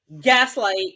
gaslight